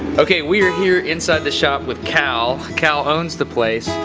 ok we are here inside the shop with cal. cal owns the place.